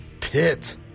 Pit